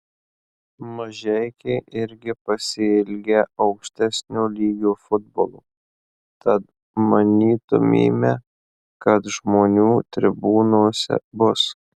mažeikiai irgi pasiilgę aukštesnio lygio futbolo tad manytumėme kad žmonių tribūnose bus